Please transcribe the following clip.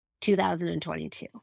2022